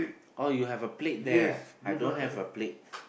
oh you have a plate there ah I don't have a plate